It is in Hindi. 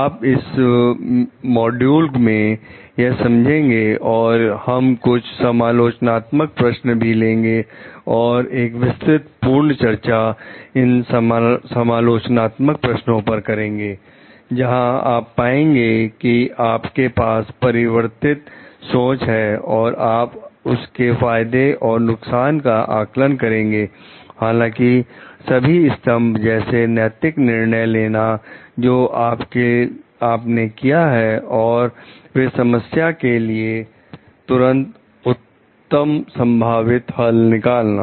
आप इस मॉड्यूल में यह समझेंगे और हम कुछ समालोचनात्मक प्रश्न भी लेंगे और एक विस्तार पूर्ण चर्चा इन समालोचनात्मक प्रश्नों पर करेंगे जहां आप पाएंगे कि आपके पास परिवर्तित सोच है और आप उसके फायदे और नुकसान का आकलन करेंगे हालांकि सभी स्तंभ जैसे नैतिक निर्णय लेना जो आपने किया है और फिर समस्या के लिए तुरंत उत्तम संभावित हल निकालना